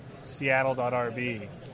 seattle.rb